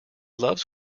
loves